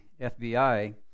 FBI